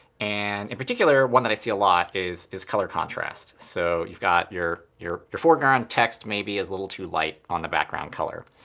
and in particular, one that i see a lot is is color contrast. so you've got your your foreground text maybe is little too light on the background color.